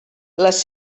les